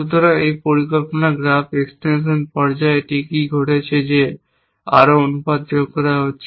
সুতরাং এই পরিকল্পনার গ্রাফ এক্সটেনশন পর্যায়ে এটিতে কী ঘটছে যে আরও অনুপাত যোগ করা হচ্ছে